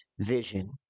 vision